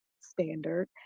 standard